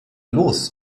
los